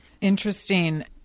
Interesting